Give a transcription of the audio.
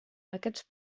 aquests